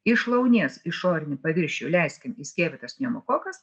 iš šlaunies išorinį paviršių leiskim įskiepytas pneumokokas